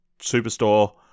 Superstore